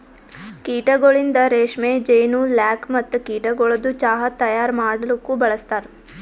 ಕೀಟಗೊಳಿಂದ್ ರೇಷ್ಮೆ, ಜೇನು, ಲ್ಯಾಕ್ ಮತ್ತ ಕೀಟಗೊಳದು ಚಾಹ್ ತೈಯಾರ್ ಮಾಡಲೂಕ್ ಬಳಸ್ತಾರ್